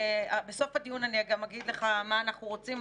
בסוף הדיון אני גם אגיד לך מה אנחנו רוצים,